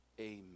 Amen